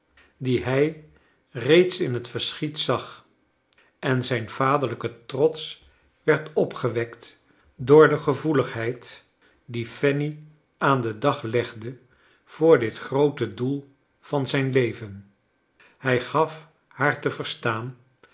die chables dickens hij reeds in het verschiet zag en zijn vaderlijke trots werd opgewekt door de gevoeligheid die fanny aan den dag legde voor dit groote doel van zijn leven hij gaf haar te verstaan